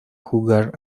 jugar